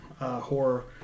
horror